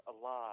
alive